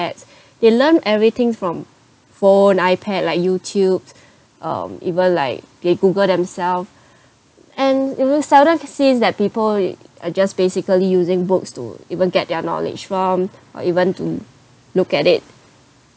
they learn everything from phone iPad like Youtube um even like they google themselves and you seldom sees that people uh just basically using books to even get their knowledge from or even to look at it